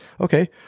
Okay